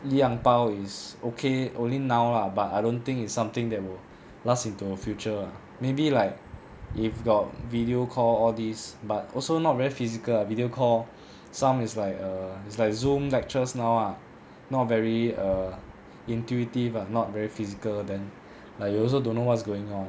E ang pao is okay only now lah but I don't think it's something that will last into future maybe like if got video call all these but also not very physical ah video call some is like err it's like zoom lectures now ah not very err intuitive ah not very physical then like you also don't know what's going on